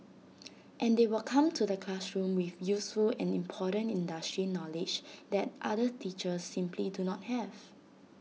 and they will come to the classroom with useful and important industry knowledge that other teachers simply do not have